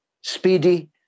speedy